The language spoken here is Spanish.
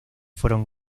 fueron